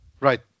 right